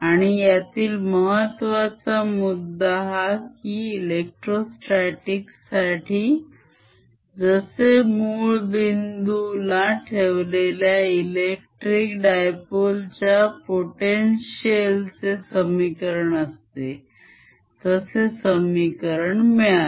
आणि यातील महत्वाचा मुद्दा हा कि electrostatics साठी जसे मूळ बिंदू ला ठेवलेल्या इलेक्ट्रीक dipole च्या potential चे समीकरण असते तसे समीकरण मिळाले